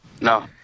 no